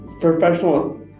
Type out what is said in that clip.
professional